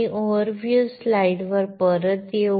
मी overview slide वर परत येऊ